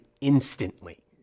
instantly